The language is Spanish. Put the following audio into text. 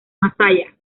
masaya